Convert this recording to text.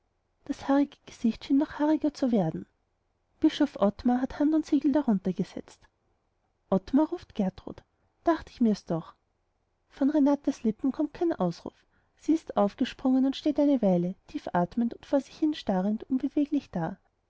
das haarige gesicht scheint noch haariger zu werden bischof ottmar hat hand und siegel daruntergesetzt ottmar ruft gertrud dachte ich mir's doch von renatas lippen kommt kein ausruf sie ist aufgesprungen und steht eine weile tief atmend und vor sich hinstarrend unbeweglich da